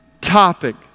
topic